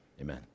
Amen